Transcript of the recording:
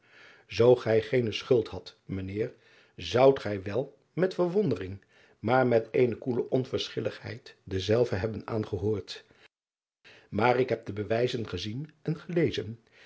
oo gij geene schuld hadt mijn eer zoudt gij wel met verwondering maar met eene koele onverschilligheid denzelven hebben aangehoord maar ik heb de bewijzen gezien en gelezen